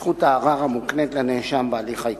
להיקף זכות הערר המוקנית לנאשם בהליך העיקרי.